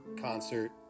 concert